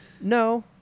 No